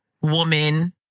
woman